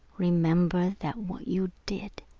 remember that what you did.